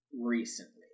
recently